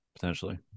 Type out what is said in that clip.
Potentially